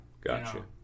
Gotcha